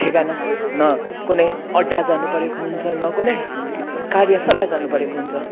ठेगाना न कुनै अड्डा जानु परेको हुन्छ न कुनै कार्यशाला जानु परेको हुन्छ